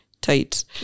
tight